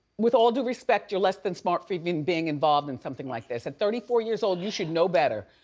with all due respect you're less than smart for even being involved in something like this. at thirty four years old, you should know better,